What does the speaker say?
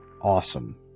awesome